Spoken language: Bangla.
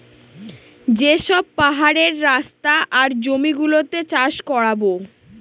যে সব পাহাড়ের রাস্তা আর জমি গুলোতে চাষ করাবো